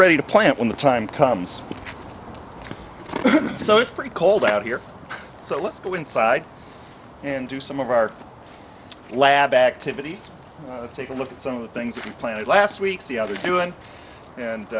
ready to plant when the time comes so it's pretty cold out here so let's go inside and do some of our lab activities take a look at some of the things that you planted last week see other doing and